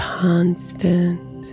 constant